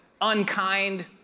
unkind